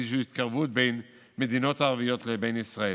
יש איזושהי התקרבות בין המדינות הערביות לבין ישראל,